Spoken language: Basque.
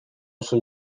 oso